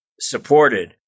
supported